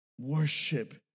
worship